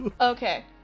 okay